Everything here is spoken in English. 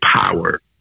power